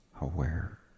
aware